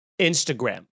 Instagram